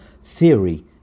theory